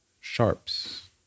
sharps